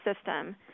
system